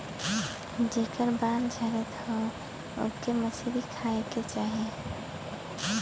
जेकर बाल झरत हौ ओके मछरी खाए के चाही